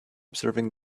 observing